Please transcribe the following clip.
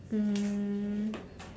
mm